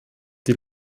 die